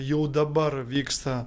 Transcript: jau dabar vyksta